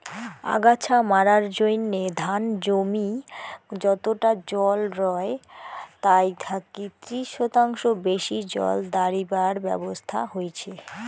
আগাছা মারার জইন্যে ধান জমি যতটা জল রয় তাই থাকি ত্রিশ শতাংশ বেশি জল দাড়িবার ব্যবছস্থা হইচে